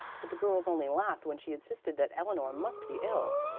but the girls only laughed when she insisted that eleanor must be ill.